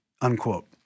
unquote